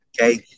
Okay